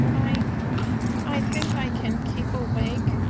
i i think i can keep awake,